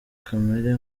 kamere